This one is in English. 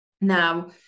Now